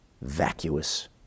vacuous